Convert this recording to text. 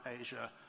Asia